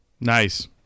Nice